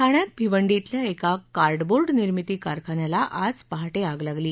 ठाण्यात भिवंडी श्वेल्या एका कार्डबोर्ड निर्मिती कारखान्याला आज पहाटे आग लागली